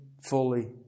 fully